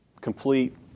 Complete